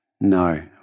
No